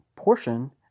Portion